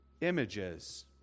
images